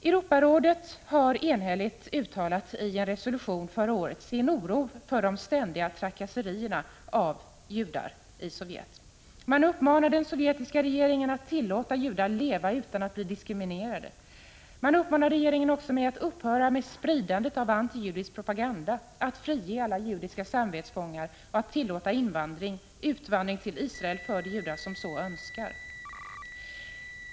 Europarådet uttalar i en år 1985 enhälligt antagen resolution sin oro för de ständiga trakasserierna av judarna i Sovjetunionen. Europarådet uppmanar den sovjetiska regeringen att tillåta judar att leva utan att bli diskriminerade. Man uppmanar regeringen att också upphöra med spridandet av antijudisk propaganda, att frige alla judiska samvetsfångar och att tillåta utvandring till Israel för de judar som så önskar.